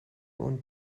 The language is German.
und